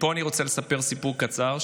ופה אני רוצה לספר סיפור קצר.